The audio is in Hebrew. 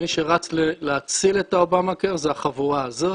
מי שרץ להציל את האובמה-קר זה החבורה הזאת.